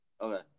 Okay